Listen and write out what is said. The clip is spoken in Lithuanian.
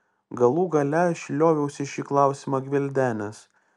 galų gale aš lioviausi šį klausimą gvildenęs